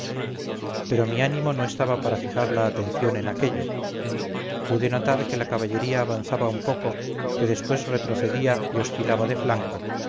pero mi ánimo no estaba para fijar la atención en aquello pude notar que la caballería avanzaba un poco que después retrocedía y oscilaba de flanco